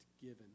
given